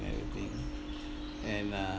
and everything and uh